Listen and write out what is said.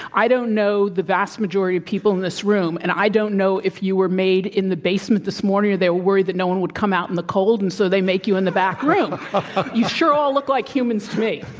i don't know the vast majority of people in this room, and i don't know if you were made in the basement this morning, if they were worried that no one would come out in the cold, and so, they make you in the back room you sure all look like humans to me.